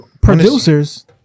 producers